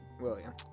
William